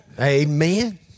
Amen